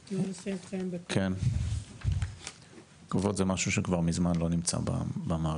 באיטיות, כבוד זה משהו שכבר ממזמן לא נמצא במערכת.